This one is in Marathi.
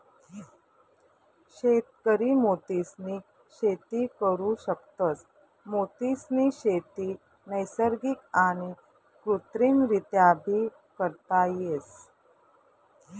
शेतकरी मोतीसनी शेती करु शकतस, मोतीसनी शेती नैसर्गिक आणि कृत्रिमरीत्याबी करता येस